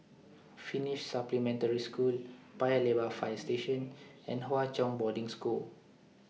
Finnish Supplementary School Paya Lebar Fire Station and Hwa Chong Boarding School